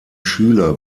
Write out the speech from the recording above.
schüler